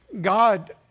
God